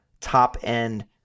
top-end